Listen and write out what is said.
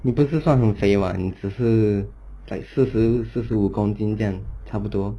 你不是算很肥 [what] 你只是 like 四十四十五公斤这样差不多